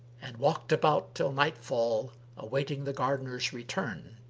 and walked about till nightfall awaiting the gardener's return